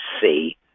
see